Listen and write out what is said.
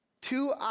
Two